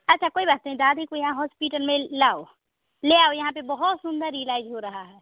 अच्छा कोई बात नहीं है दादी को यहाँ हॉस्पिटल में लाओ ले आओ यहाँ पर बहुत सुंदर इलाज हो रहा है